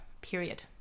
period